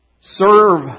Serve